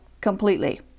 completely